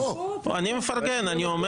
אני אומר